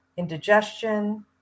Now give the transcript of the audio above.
indigestion